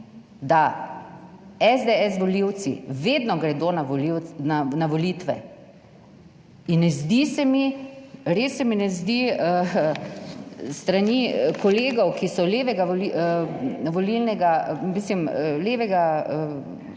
da SDS volivci vedno gredo na volitve in ne zdi se mi, res se mi ne zdi s strani kolegov, ki so levega